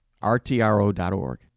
RTRO.ORG